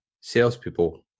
salespeople